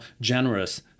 generous